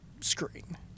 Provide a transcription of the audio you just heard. screen